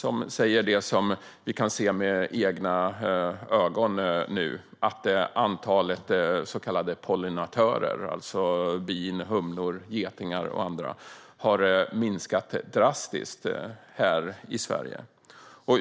De säger det som vi kan se med egna ögon: att antalet så kallade pollinatörer - alltså bin, humlor, getingar och andra - har minskat drastiskt i Sverige.